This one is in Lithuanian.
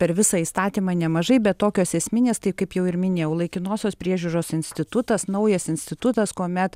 per visą įstatymą nemažai bet tokios esminės tai kaip jau ir minėjau laikinosios priežiūros institutas naujas institutas kuomet